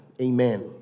Amen